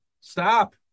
Stop